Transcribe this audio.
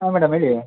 ಹಾಂ ಮೇಡಮ್ ಹೇಳಿ